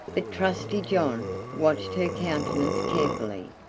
but trusty john watched her countenance carefully.